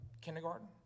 kindergarten